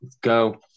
go